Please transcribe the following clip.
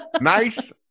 Nice